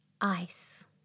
Ice